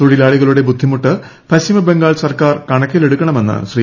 തൊഴിലാളികളുടെ ബുദ്ധിമുട്ട് പശ്ചിമ ബംഗാൾ സർക്കാർ കണക്കിലെടുക്കണമെന്ന് ശ്രീ